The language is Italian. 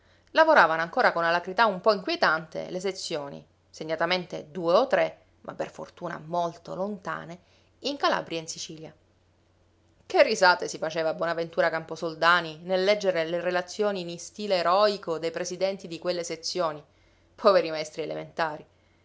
lavoravano ancora con alacrità un po inquietante le sezioni segnatamente due o tre ma per fortuna molto lontane in calabria e in sicilia che risate si faceva bonaventura camposoldani nel leggere le relazioni in istile eroico dei presidenti di quelle sezioni poveri maestri elementari